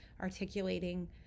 articulating